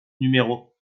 numéro